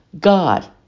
God